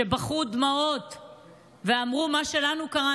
שבכו בדמעות ואמרו: מה שלנו קרה,